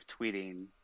tweeting